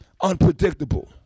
unpredictable